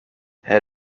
het